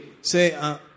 Say